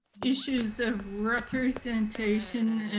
issues of representation,